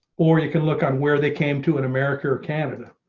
or you can look on where they came to an america or canada.